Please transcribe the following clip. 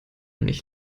nicht